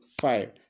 five